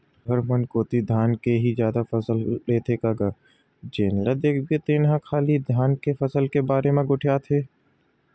तुंहर मन कोती धान के ही जादा फसल लेथे का गा जेन ल देखबे तेन ह खाली धान के फसल के बारे म गोठियावत हे?